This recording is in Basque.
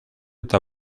eta